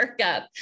workup